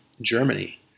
Germany